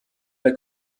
der